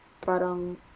parang